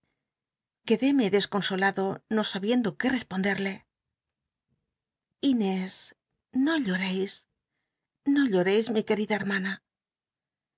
querlóme desconsolado no sabiend o qué tcspon lcrle inés no lloréis no liareis mi querida he